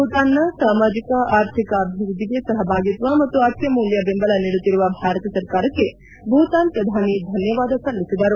ಭೂತಾನ್ನ ಸಾಮಾಜಿಕ ಅರ್ಥಿಕ ಅಭಿವೃದ್ದಿಗೆ ಸಹಭಾಗಿತ್ವ ಮತ್ತು ಅತ್ಯಮೂಲ್ಯ ಬೆಂಬಲ ನೀಡುತ್ತಿರುವ ಭಾರತ ಸರ್ಕಾರಕ್ತೆ ಭೂತಾನ್ ಪ್ರಧಾನಿ ಧನ್ಭವಾದ ಸಲ್ಲಿಸಿದರು